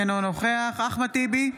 אינו נוכח אחמד טיבי,